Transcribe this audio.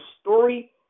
story